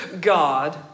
God